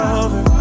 over